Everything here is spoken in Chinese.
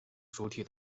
主体